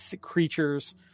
creatures